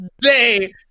day